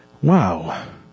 Wow